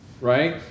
right